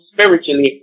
spiritually